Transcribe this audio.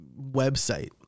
website